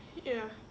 ya